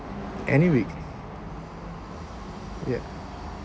any week ya